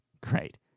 great